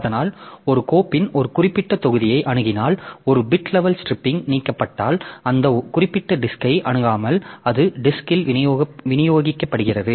அதனால் ஒரு கோப்பின் ஒரு குறிப்பிட்ட தொகுதியை அணுகினால் ஒரு பிட் லெவல் ஸ்ட்ரிப்பிங் நீக்கப்பட்டால் அந்த குறிப்பிட்ட டிஸ்கை அணுகாமல் அது டிஸ்க்ல் விநியோகிக்கப்படுகிறது